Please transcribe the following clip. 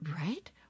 right